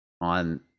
on